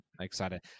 excited